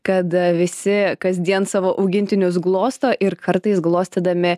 kad visi kasdien savo augintinius glosto ir kartais glostydami